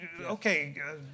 okay